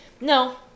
No